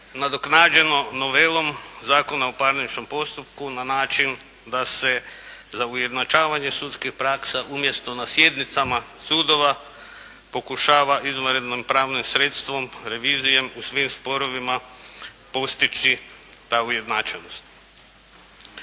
nadoknađeno novelom Zakona o parničnom postupku na način da se za ujednačavanje sudskih praksa umjesto na sjednicama sudova, pokušava izvanrednom pravnim sredstvom revizijem u svim sporovima postići pravo ujednačenosti.